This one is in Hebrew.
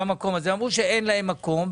לא רק שהם אמרו שאין מקום,